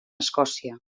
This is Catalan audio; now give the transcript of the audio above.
escòcia